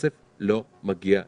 הכסף לא מגיע לאנשים.